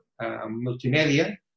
multimedia